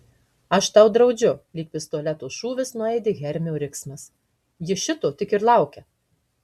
aš tau draudžiu lyg pistoleto šūvis nuaidi hermio riksmas ji šito tik ir laukia